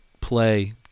play